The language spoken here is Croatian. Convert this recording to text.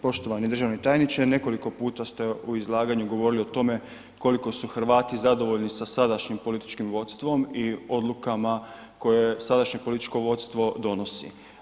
Poštovani državni tajniče, nekoliko puta ste u izlaganju govorili o tome koliko su Hrvati zadovoljni sa sadašnjim političkim vodstvom i odlukama koje sadašnje političko vodstvo donosi.